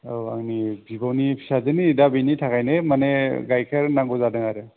औ आंनि बिब'नि फिसाजोनि दा बिनि थाखायनो माने गायखेर नांगौ जादों आरो